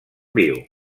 viu